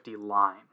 line